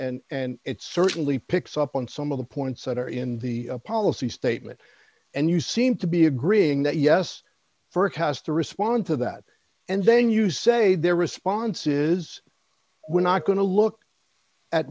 and it certainly picks up on some of the points that are in the policy statement and you seem to be agreeing that yes for a cause to respond to that and then you say their response is we're not going to look at